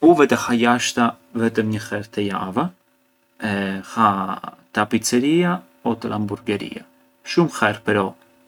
U vete ha jashta vetëm një herë te java, ha te a pizzeria o te l’hamburgheria, shumë herë però